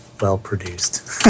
well-produced